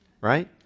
right